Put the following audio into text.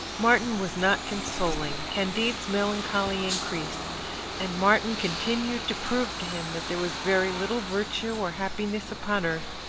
martin was not consoling. candide's melancholy increased and martin continued to prove to him that there was very little virtue or happiness upon earth,